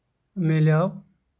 ملیو